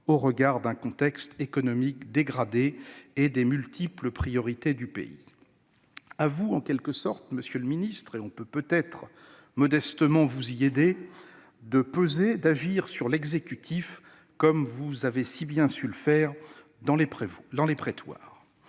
au regard d'un contexte économique dégradé et des multiples priorités du pays. À vous, monsieur le ministre, et peut-être pouvons-nous modestement vous y aider, de peser et d'agir sur l'exécutif comme vous avez si bien su le faire dans les prétoires.